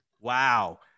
Wow